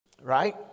Right